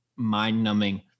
mind-numbing